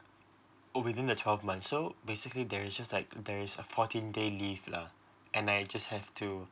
oh within the twelve months so basically there is just like there is a fourteen day leave lah and I just have to